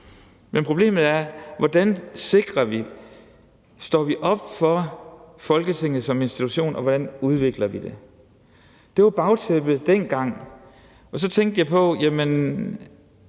Men problemet er: Hvordan står vi op for Folketinget som institution? Og hvordan udvikler vi det? Det var bagtæppet dengang. Og så tænkte jeg på, at